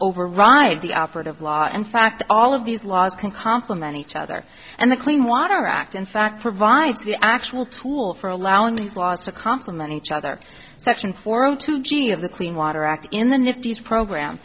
override the operative law in fact all of these laws can complement each other and the clean water act in fact provides the actual tool for allowing the clause to complement each other section four o two g of the clean water act in the niftiest program